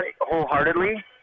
wholeheartedly